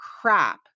crap